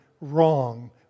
wrong